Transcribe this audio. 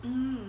um